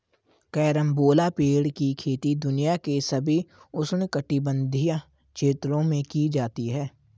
carambola पेड़ की खेती दुनिया के सभी उष्णकटिबंधीय क्षेत्रों में की जाती है